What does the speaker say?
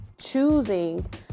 choosing